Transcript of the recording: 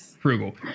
frugal